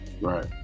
Right